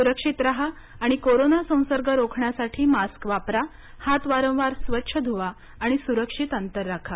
सुरक्षित राहा आणि कोरोना संसर्ग रोखण्यासाठी मास्क वापरा हात वारंवार स्वच्छ धुवा आणि सुरक्षित अंतर राखा